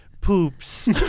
poops